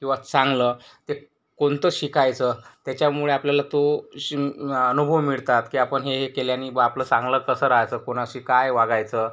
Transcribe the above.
किंवा चांगलं ते कोणतं शिकायचं त्याच्यामुळे आपल्याला तो शी अनुभव मिळतात की आपण हे हे केल्याने बुवा आपलं चांगल कसं रहायचं कोणाशी काय वागायचं